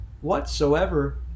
whatsoever